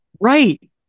Right